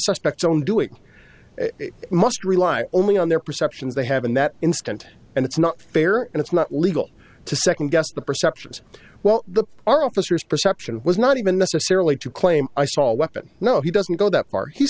on doing must rely only on their perceptions they have in that instant and it's not fair and it's not legal to second guess the perceptions well the our officers perception was not even necessarily to claim i saw a weapon no he doesn't go that far he